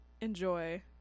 enjoy